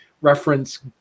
reference